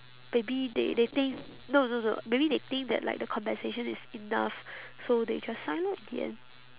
maybe they they think no no no maybe they think that like the compensation is enough so they just sign lor in the end